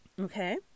Okay